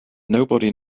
nobody